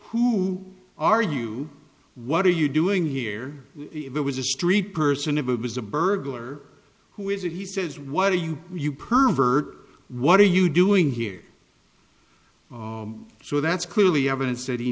who are you what are you doing here it was a street person it was a burglar who is he says what do you you pervert what are you doing here so that's clearly evidence that he